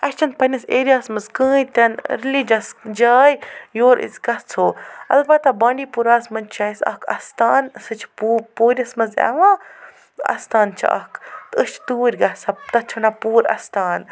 اَسہِ چھَنہٕ پنٛنِس ایرِیاہَس منٛز کٕہۭنۍ تِنہٕ ریٚلیٖجَس جاے یور أسۍ گژھو البتہ بانٛڈی پوٗرہَس منٛز چھِ اَسہِ اَکھ اَستان سُہ چھِ پوٗ پوٗرِس منٛز یِوان اَستان چھِ اَکھ تہٕ أسۍ چھِ توٗرۍ گژھان تَتھ چھِ وَنان پوٗر اَستان